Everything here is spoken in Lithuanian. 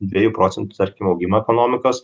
dviejų procentų tarkim augimą ekonomikos